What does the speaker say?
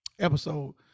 episode